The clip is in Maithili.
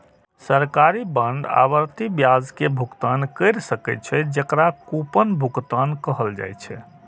सरकारी बांड आवर्ती ब्याज के भुगतान कैर सकै छै, जेकरा कूपन भुगतान कहल जाइ छै